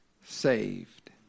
saved